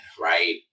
right